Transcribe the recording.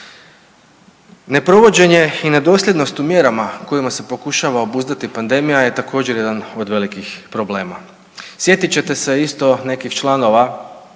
Ne provođenje i nedosljednost u mjerama kojima se pokušava obuzdati pandemija je također jedan od velikih problema. Sjetit ćete se isto nekih članova